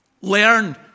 learn